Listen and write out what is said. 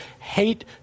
hate